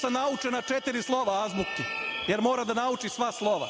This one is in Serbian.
sa naučena četiri slova azbuke, jer mora da nauči sva slova.